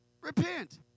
Repent